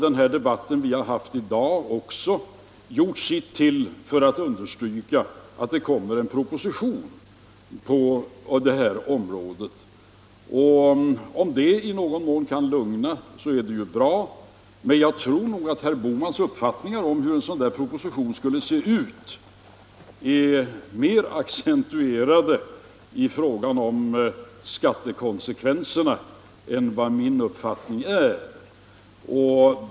Den debatt vi har haft i dag har väl också gjort sitt till för att understryka att det kommer en proposition på detta område. Om det i någon mån kan lugna, så är det ju bra. Men jag tror att herr Bohmans uppfattning om hur en sådan proposition skulle se ut är mer accentuerad i fråga om skattekonsekvenserna än vad min uppfattning är.